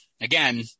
again